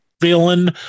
villain